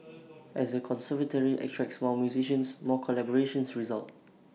as the conservatory attracts more musicians more collaborations result